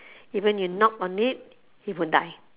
even you knock on it he won't die